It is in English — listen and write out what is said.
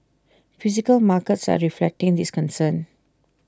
physical markets are reflecting this concern